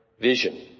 vision